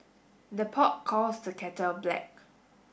the pot calls the kettle black